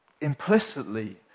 implicitly